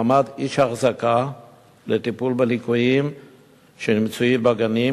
הועמד איש אחזקה לטיפול בליקויים שנמצאו בגנים,